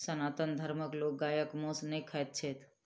सनातन धर्मक लोक गायक मौस नै खाइत छथि